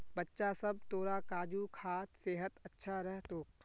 बच्चा सब, तोरा काजू खा सेहत अच्छा रह तोक